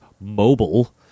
mobile